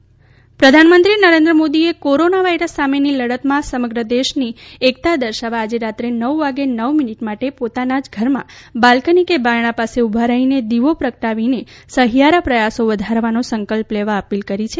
Modi appeal પ્રધાનમંત્રી નરેન્દ્ર મોદીએ corona virus સામેની લડતમાં સમગ્ર દેશની એકતા દર્શાવવા આજે રાત્રે નવ વાગ્યે નવ મિનિટ માટે પોતાના જ ઘરમાં બાલ્કની કે બારણા પાસે ઉભા રહી દીવો પ્રગટાવીને સહીયારા પ્રયાસો વધારવાનો સંકલ્પ લેવા અપીલ કરી છે